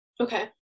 Okay